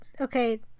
Okay